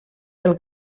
del